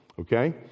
okay